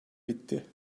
bitti